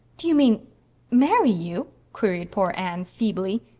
do you mean marry you? queried poor anne feebly.